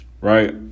Right